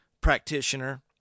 practitioner